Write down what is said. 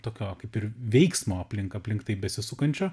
tokio kaip ir veiksmo aplink aplink tai besisukančio